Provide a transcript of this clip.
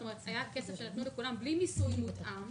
זאת אומרת, היה כסף שנתנו לכולם בלי מיסוי מותאם.